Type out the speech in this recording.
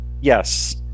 yes